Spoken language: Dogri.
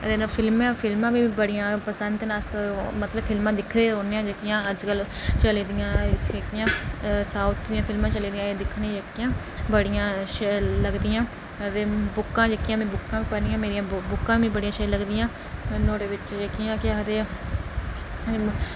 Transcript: ते फिल्मां बी बड़ियां पसंद न अस मतलब कि फिल्मां दिखदे रौह्ने आं जेह्कियां अज्जकल चला दियां जेह्कियां साऊथ दियां फिल्मां चला दियां एह् दिक्खने आं जेह्कियां बड़ियां शैल लगदियां ते जेह्कियां में बुक्कां बी पढ़नियां ते मिगी बुक्कां बी शैल लगदियां नुहाड़े बिच जेह्कियां केह् आखदे